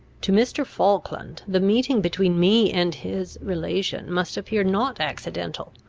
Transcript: to mr. falkland, the meeting between me and his relation must appear not accidental,